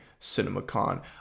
Cinemacon